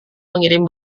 mengirim